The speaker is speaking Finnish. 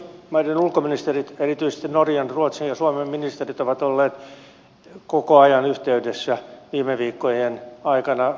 pohjoismaiden ulkoministerit erityisesti norjan ruotsin ja suomen ministerit ovat olleet koko ajan yhteydessä viime viikkojen aikana